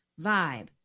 vibe